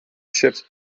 shipped